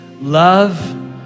love